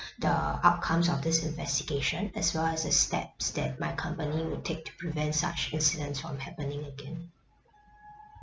the outcomes of this investigation as well as the steps that my company will take to prevent such incidents from happening again